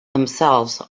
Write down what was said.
themselves